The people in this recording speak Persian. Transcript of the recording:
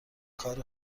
کار